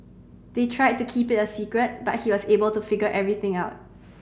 they tried to keep it a secret but he was able to figure everything out